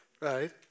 right